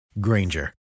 Granger